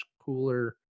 cooler